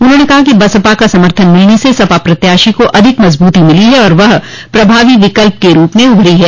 उन्होंने कहा कि बसपा का समर्थन मिलने से सपा प्रत्याशी को अधिक मजबूतो मिली है और वह प्रभावी विकल्प के रूप में उभरी है